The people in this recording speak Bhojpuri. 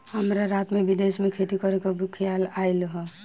हमरा रात में विदेश में खेती करे के खेआल आइल ह